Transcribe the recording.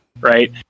right